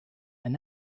and